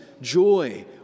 joy